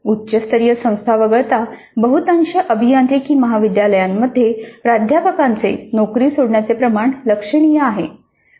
उच्च स्तरीय संस्था वगळता बहुतांश अभियांत्रिकी महाविद्यालयांमध्ये प्राध्यापकांचे नोकरी सोडण्याचे प्रमाण लक्षणीय आहे